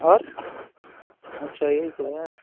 और अच्छा यही तो है